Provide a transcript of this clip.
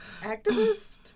activist